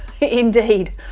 Indeed